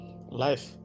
Life